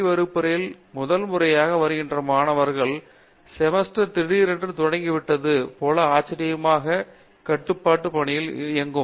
வகுப்பறையில் முதல் முறையாக வருகிற மாணவர்கள் செமஸ்டர் திடீரென்று தொடக்கி முடிந்துவிட்டது போல ஆச்சரியமாக கட்டுப்பாட்டு பாணியில் இயங்கும்